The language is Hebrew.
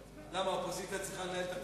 למה, האופוזיציה צריכה לנהל את הקואליציה?